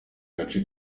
gace